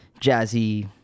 jazzy